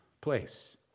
place